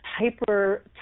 hyper